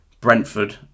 Brentford